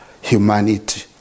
humanity